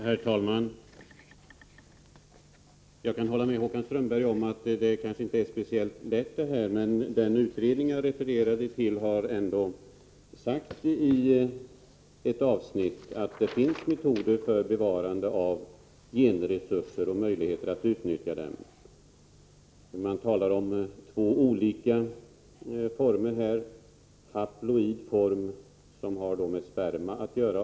Herr talman! Jag kan hålla med Håkan Strömberg om att frågan kanske inte är speciellt lätt. Men den utredning som jag refererade till har ändå i ett avsnitt sagt att det finns metoder för bevarande av genresurser och möjligheter att utnyttja dem. I utredningen talas om två olika former. Den ena är den haploida formen, som har med sperma att göra.